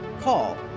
call